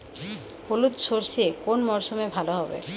হলুদ সর্ষে কোন মরশুমে ভালো হবে?